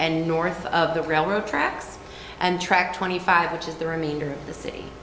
and north of the railroad tracks and track twenty five which is the remainder of the city